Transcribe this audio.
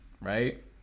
right